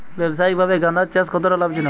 ব্যবসায়িকভাবে গাঁদার চাষ কতটা লাভজনক?